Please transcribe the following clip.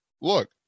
look